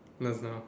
no it's not